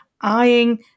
eyeing